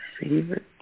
favorite